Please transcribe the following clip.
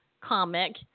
comic